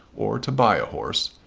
or to buy a horse,